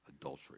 adultery